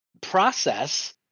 process